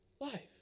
life